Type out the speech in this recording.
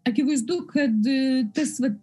akivaizdu kad tas vat